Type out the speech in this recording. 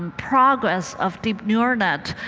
progress of deep neural net.